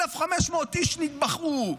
1,500 איש נטבחו,